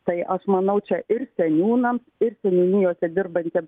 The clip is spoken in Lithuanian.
tai aš manau čia ir seniūnam ir seniūnijose dirbantiem